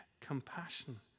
Compassion